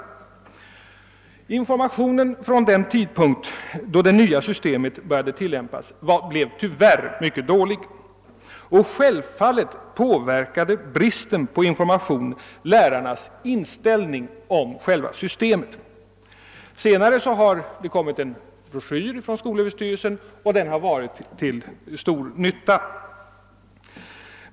Den information som lämnades vid den tidpunkt då det nya systemet började tillämpas blev tyvärr mycket bristfällig, och självfallet påverkade detta lärarnas inställning till själva systemet. Senare har det dock utkommit en broschyr från skolöverstyrelsen, och den har varit till stor nytta.